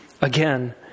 Again